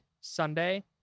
Sunday